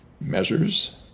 measures